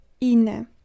Ine